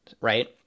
right